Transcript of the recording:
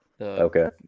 Okay